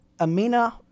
Amina